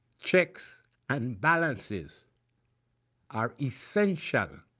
checks and balances are essential